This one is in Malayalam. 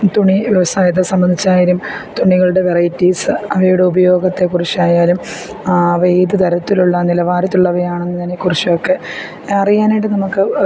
തുണി വ്യവസായത്തെ സംബന്ധിച്ചായാലും തുണികള്ടെ വെറൈറ്റീസ് അവയുടെ ഉപയോഗത്തെക്കുറിച്ചായാലും അവ ഏതുതരത്തിലുള്ള നിലവാരത്തിലുള്ളവയാണെന്നതിനെക്കുറിച്ചൊക്കെ അറിയാനായിട്ട് നമുക്ക്